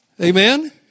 Amen